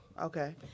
Okay